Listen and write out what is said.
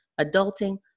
adulting